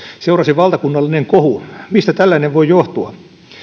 seurasi valtakunnallinen kohu mistä tällainen voi johtua